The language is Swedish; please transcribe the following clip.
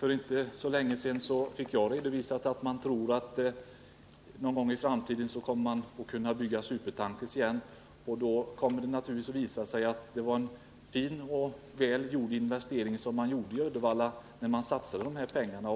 För inte så länge sedan fick jagen redovisning av att man tror att man någon gång i framtiden kommer att kunna bygga supertankers igen, och då kommer det naturligtvis att visa sig att 165 det var en fin och väl gjord investering som man gjorde i Uddevalla när man satsade de här pengarna.